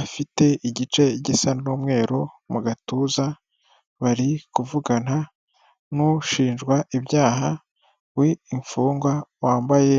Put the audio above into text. afite igice gisa n'umweru mu gatuza, bari kuvugana n'ushinjwa ibyaha w'imfungwa wambaye